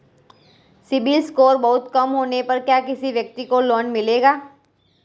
CIBIL score बहुत कम होने पर क्या किसी व्यक्ति को लोंन मिलेगा?